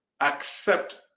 accept